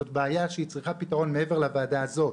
זו בעיה שהיא צריכה פתרון מעבר לוועדה הזאת.